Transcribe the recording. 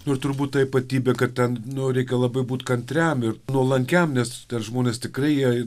nu ir turbūt ta ypatybė kad ten nori labai būt kantriam ir nuolankiam nes dar žmonės tikrai jie